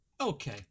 Okay